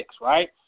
right